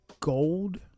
gold